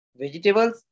Vegetables